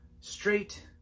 straight